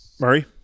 Murray